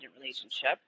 relationship